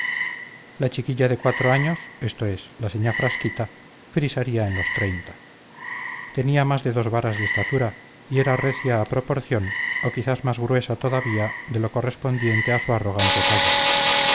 la chiquilla de cuatro años esto es la señá frasquita frisaría en los treinta tenía más de dos varas de estatura y era recia a proporción o quizá más gruesa todavía de lo correspondiente a su arrogante talla